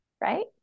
Right